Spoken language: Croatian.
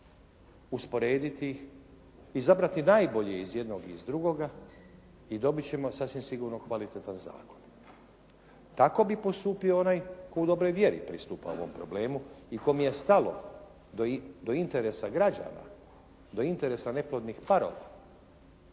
usporediti ih, izabrati najbolje iz jednog i iz drugoga i dobit ćemo sasvim sigurno kvalitetan zakon. Tako bi postupio onaj tko u dobroj vjeri pristupa ovom problemu i kom je stalo do interesa građana, do interesa neplodnih parova